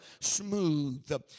smooth